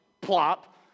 plop